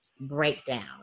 breakdown